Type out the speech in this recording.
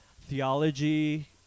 theology